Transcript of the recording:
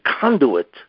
conduit